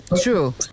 True